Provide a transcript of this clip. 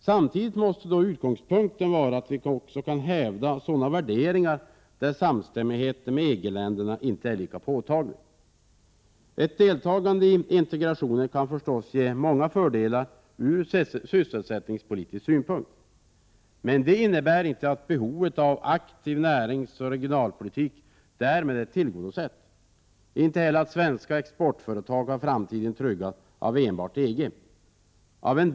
Samtidigt måste utgångspunkten vara att vi kan hävda sådana värderingar där samstämmigheten med EG-länderna inte är lika påtaglig. Ett deltagande i integrationen kan förstås ge många fördelar från sysselsättningssynpunkt. Det innebär emellertid inte att behovet av aktiv näringsoch regionalpolitik därmed är tillgodosett. Inte heller har svenska exportföretag framtiden tryggad enbart genom EG-samarbetet.